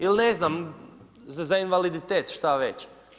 Ili ne znam, za invaliditet, šta već.